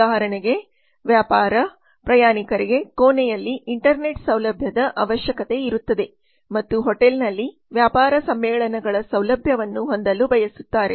ಉದಾಹರಣೆಗೆ ವ್ಯಾಪಾರ ಪ್ರಯಾಣಿಕರಿಗೆ ಕೋಣೆಯಲ್ಲಿ ಇಂಟರ್ನೆಟ್ ಸೌಲಭ್ಯದ ಅವಶ್ಯಕತೆ ಇರುತ್ತದೆ ಮತ್ತು ಹೋಟೆಲ್ನಲ್ಲಿ ವ್ಯಾಪಾರ ಸಮ್ಮೇಳನಗಳ ಸೌಲಭ್ಯವನ್ನು ಹೊಂದಲು ಬಯಸುತ್ತಾರೆ